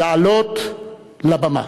לעלות לבמה.